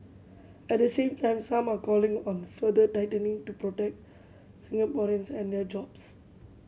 at the same time some are calling on further tightening to protect Singaporeans and their jobs